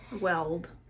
weld